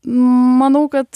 manau kad